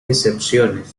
excepciones